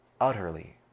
utterly